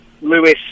Lewis